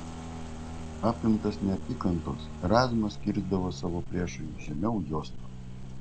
apimtas neapykantos erazmas kirsdavo savo priešui žemiau juostos